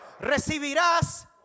Recibirás